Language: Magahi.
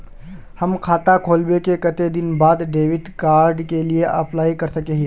हम खाता खोलबे के कते दिन बाद डेबिड कार्ड के लिए अप्लाई कर सके हिये?